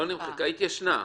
לא נמחקה, התיישנה.